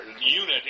unit